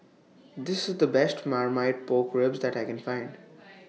This IS The Best Marmite Pork Ribs that I Can Find